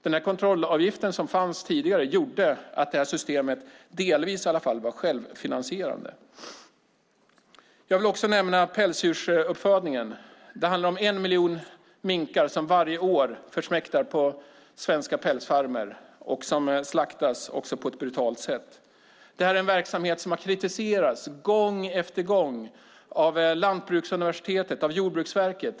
Den kontrollavgift som fanns tidigare gjorde att systemet i alla fall delvis var självfinansierande. Jag vill också nämna pälsdjursuppfödningen. Det handlar om en miljon minkar som varje år försmäktar på svenska pälsfarmer och som också slaktas på ett brutalt sätt. Det är en verksamhet som har kritiserats gång efter gång av Lantbruksuniversitetet och Jordbruksverket.